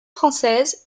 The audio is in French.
française